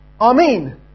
Amen